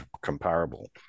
comparable